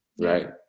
right